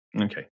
Okay